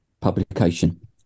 publication